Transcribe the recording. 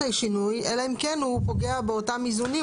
השינוי אלא אם כן הוא פוגע באותם איזונים,